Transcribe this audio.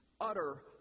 utter